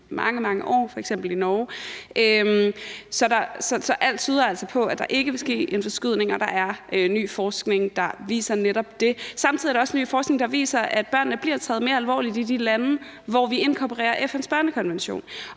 mange år, f.eks. i Norge. Så alt tyder altså på, at der ikke vil ske en forskydning, og der er ny forskning, der viser netop det. Samtidig er der også ny forskning, der viser, at børnene bliver taget mere alvorligt i de lande, hvor man inkorporerer FN's børnekonvention,